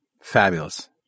Fabulous